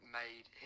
made